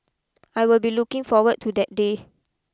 I will be looking forward to that day